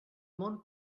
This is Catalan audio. món